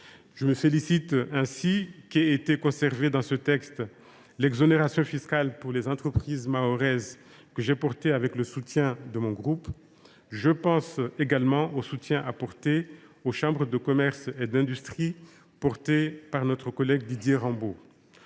Je me félicite ainsi qu’ait été conservée dans ce texte l’exonération fiscale pour les entreprises mahoraises, que j’ai portée avec le soutien de mon groupe. Je pense également au soutien apporté aux chambres de commerce et d’industrie, amendement défendu par notre collègue Didier Rambaud.